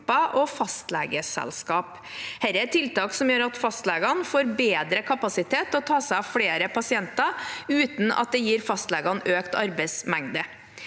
og fastlegeselskap. Dette er tiltak som gjør at fastlegene får bedre kapasitet til å ta seg av flere pasienter uten at det gir fastlegene økt arbeidsmengde.